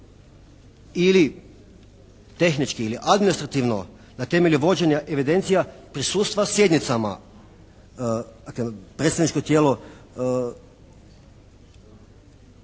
ili tehničkih ili administrativno na temelju vođenja evidencija prisutstva sjednicama, dakle predstavničko tijelo